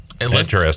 Interesting